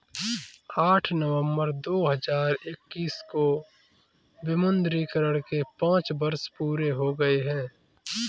आठ नवंबर दो हजार इक्कीस को विमुद्रीकरण के पांच वर्ष पूरे हो गए हैं